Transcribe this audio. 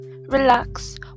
relax